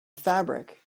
fabric